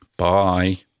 Bye